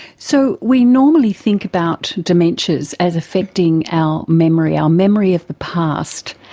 so we normally think about dementias as affecting our memory, our memory of the past,